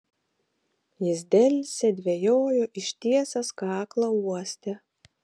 jis delsė dvejojo ištiesęs kaklą uostė